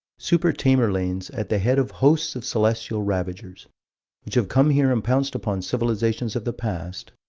super tamerlanes at the head of hosts of celestial ravagers which have come here and pounced upon civilizations of the past,